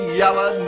yellow